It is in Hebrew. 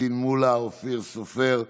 פטין מולא, אופיר סופר,